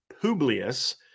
Publius